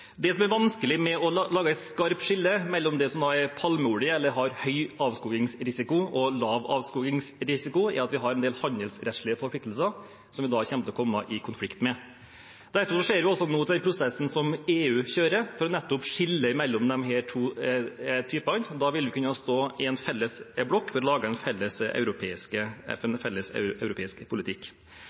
Det som er vanskelig med å lage et skarpt skille mellom det som er palmeolje, eller det som har høy avskogingsrisiko og lav avskogingsrisiko, er at vi har en del handelsrettslige forpliktelser som vi da kommer til å komme i konflikt med. Derfor ser vi også nå til den prosessen som EU kjører, for nettopp å skille mellom disse to typene. Da vil vi kunne stå i en felles blokk for å lage en felles